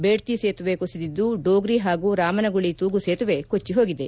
ಬೇಡ್ತಿ ಸೇತುವೆ ಕುಸಿದಿದ್ದು ಡೋಗ್ರಿ ಹಾಗೂ ರಾಮನಗುಳಿ ತೂಗು ಸೇತುವೆ ಕೊಚ್ಚಿ ಹೋಗಿದೆ